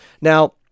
Now